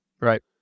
Right